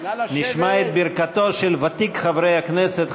נשמע את ברכתו של ותיק חברי הכנסת,